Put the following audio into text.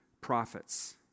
prophets